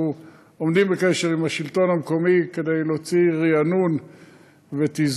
אנחנו עומדים בקשר עם השלטון המקומי כדי להוציא רענון ותזכורת,